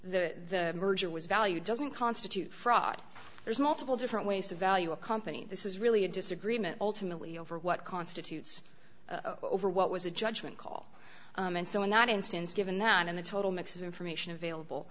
the merger was valued doesn't constitute fraud there's multiple different ways to value a company this is really a disagreement ultimately over what constitutes over what was a judgment call and so in that instance given that in the total mix of information available